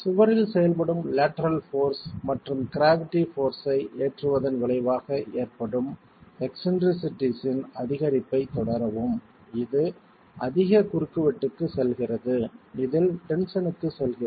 சுவரில் செயல்படும் lateral force மற்றும் க்ராவிட்டி போர்ஸ் ஐ ஏற்றுவதன் விளைவாக ஏற்படும் எக்ஸ்ன்ட்ரிசிட்டிஸ்ஸின் அதிகரிப்பைத் தொடரவும் இது அதிக குறுக்குவெட்டுக்கு செல்கிறது இதில் டென்ஷனுக்கு செல்கிறது